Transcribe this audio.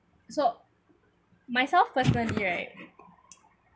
so myself personally right